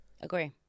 agree